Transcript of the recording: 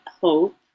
hope